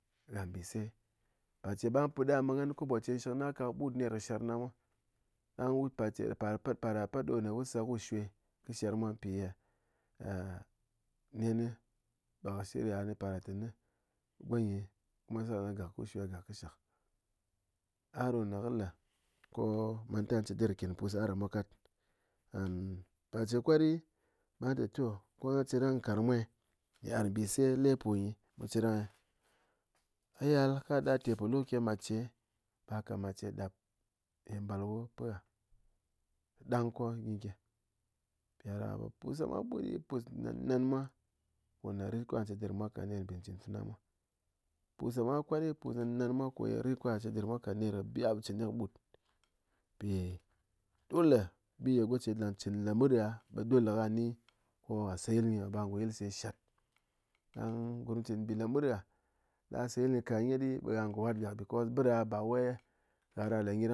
Ga mbɨse par che be gha put aha ɓe ghan kɨ kobo che nshɨk na ka ɓut ner kɨ sher na mwa ɗang parche parɗa pat ɗo wu se ko wu shwe kɨ sher mwa mpi ye nen ɓe kɨ shirya né parɗa ténɨ gonyi se kɨ gak ku shwe kɨ gak kɨ shak a ɗo ne ki le ko manta cheɗɨr ken pus aɗa mwa kat and par che kwat ɗɨ ɓe ghan tè to be gha cherang'e nkarng mwa eh, yit ar mbɨse lepo nyi mu cherang e, a yal ka da te polu ke mat che ɓakat matche ɗap eh balwo pɨn ghá ɗang ko nyi gyɨ mpi ɗáɗaká ɓe pus ɗa mwa kwat, pus nan nan mwa koye rit ko ghá chedɨr mwa ka ner bi gha po chen nyi kɨ ɓut, mpi dole bi ye goche lang chɨn lemut gha be dole ko ghá ni ko ghá se yil nyi ɗe ɓar ngo yilse shat, ɗang gurm chin nbilemut gha ɗa seyil nyi ka nyét ɓe gha ngo wat gak because bɨde ba wai ghá do gha le nyi ɗang.